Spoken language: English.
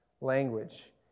language